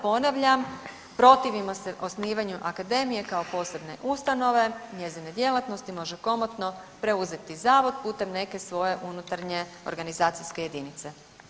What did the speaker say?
Ponavljam, protivimo se osnivanju akademije kao posebne ustanove, njezine djelatnosti može komotno preuzeti zavod putem neke svoje unutarnje organizacijske jedinice.